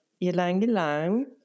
ylang-ylang